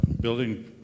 building